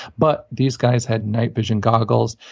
but these guys had night-vision goggles.